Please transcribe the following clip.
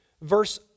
verse